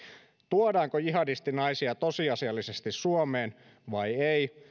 tuodaanko jihadistinaisia tosiasiallisesti suomeen vai ei